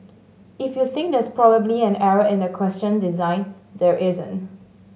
if you think there's probably an error in the question design there isn't